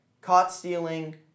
caught-stealing